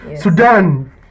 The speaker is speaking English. Sudan